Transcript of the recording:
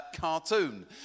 cartoon